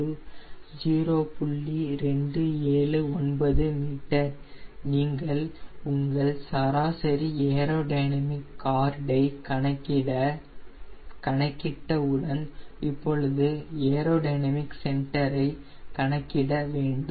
279 m நீங்கள் உங்கள் சராசரி ஏரோடைனமிக் கார்டை கணக்கிட்ட உடன் இப்பொழுது ஏரோடைனமிக் சென்டரை கணக்கிட வேண்டும்